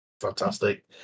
fantastic